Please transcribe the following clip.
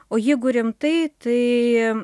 o jeigu rimtai tai